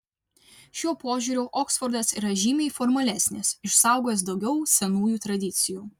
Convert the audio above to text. šiuo požiūriu oksfordas yra žymiai formalesnis išsaugojęs daugiau senųjų tradicijų